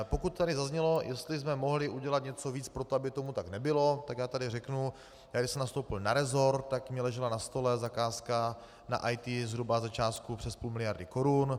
Pokud tady zaznělo, jestli jsme mohli udělat něco víc pro to, aby tomu tak nebylo, tak já tady řeknu, já když jsem nastoupil na resort, tak mi ležela na stole zakázka na IT zhruba za částku přes půl miliardy korun.